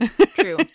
True